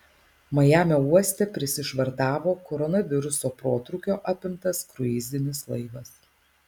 majamio uoste prisišvartavo koronaviruso protrūkio apimtas kruizinis laivas